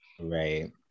Right